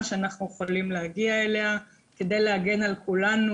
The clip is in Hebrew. שאנחנו יכולים להגיע אליה כדי להגן על כולנו,